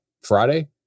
Friday